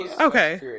Okay